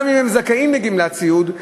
גם אם הם זכאים לגמלת סיעוד,